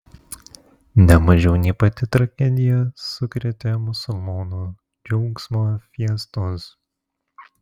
ne mažiau nei pati tragedija sukrėtė musulmonų džiaugsmo fiestos